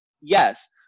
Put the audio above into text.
Yes